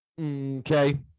Okay